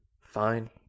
Fine